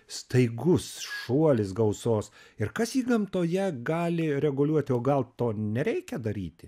staigus šuolis gausos ir kas jį gamtoje gali reguliuoti o gal to nereikia daryti